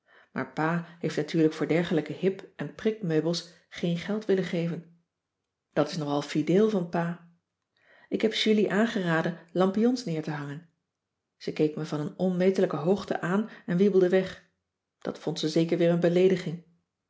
maar pa heeft natuurlijk voor dergelijke hip en prik meubels geen geld willen geven dat is nogal fideel van pa ik heb julie aangeraden lampions neer te hangen ze keek me van een onmetelijke hoogte aan en wiebelde weg dat vond ze zeker weer een beleediging